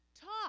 talk